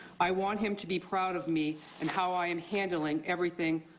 i want him to be proud of me and how i am handling everything.